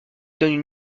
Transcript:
donnent